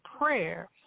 prayer